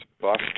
bust